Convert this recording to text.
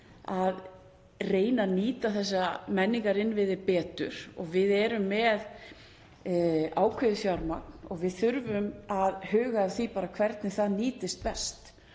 að reyna að nýta þessa menningarinnviði betur. Við erum með ákveðið fjármagn og við þurfum að huga að því hvernig það nýtist best.